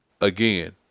Again